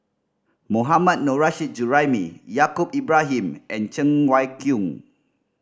Mohammad Nurrasyid Juraimi Yaacob Ibrahim and Cheng Wai Keung